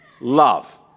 love